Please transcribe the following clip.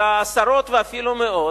אלא עשרות ואפילו מאות,